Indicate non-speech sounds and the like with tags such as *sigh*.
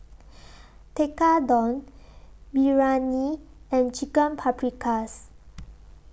*noise* Tekkadon Biryani and Chicken Paprikas